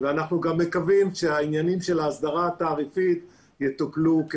ואנחנו גם מקווים שהעניינים של ההסדרה התעריפית יתוקנו.